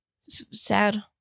Sad